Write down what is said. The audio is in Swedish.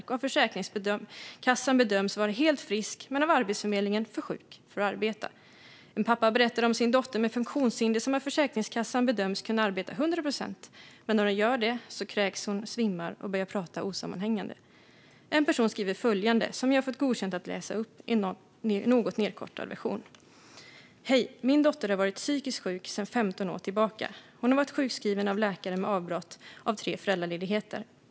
Hon har av Försäkringskassan bedömts vara helt frisk men av Arbetsförmedlingen bedömts vara för sjuk för att arbeta. En pappa berättade om sin dotter med funktionshinder som av Försäkringskassan bedömts kunna arbeta 100 procent. Men när hon gör det kräks hon, svimmar och börjar prata osammanhängande. En person skriver följande, som jag har fått godkänt att läsa upp i en något nedkortad version. Hej! Min dotter har varit psykisk sjuk sedan 15 år tillbaka. Hon har varit sjukskriven av läkare med avbrott för tre föräldraledigheter.